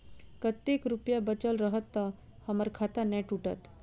कतेक रुपया बचल रहत तऽ हम्मर खाता नै टूटत?